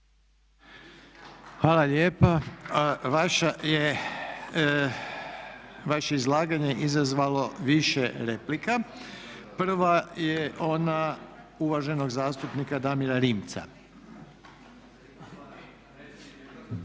Hvala lijepa. Vaše je izlaganje izazvalo više replika. Prva je ona uvaženog zastupnika Damira Rimca.